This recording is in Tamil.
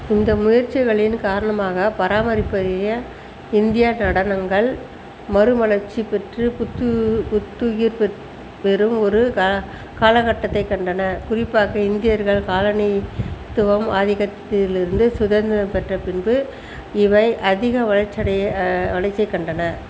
இந்த முயற்சிகளின் காரணமாக பராமரிப்பறிய இந்திய நடனங்கள் மறுமலர்ச்சி பெற்று புத்துயி புத்துயிர் பெ பெரும் ஒரு கா காலகட்டத்தைக் கண்டன குறிப்பாக இந்தியர்கள் காலனித்துவம் ஆதிக்கத்தில் இருந்து சுதந்திரம் பெற்ற பின்பு இவை அதிக வளர்ச்சியடைய வளர்ச்சியைக்கண்டன